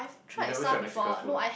you never tried Mexican food